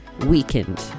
weakened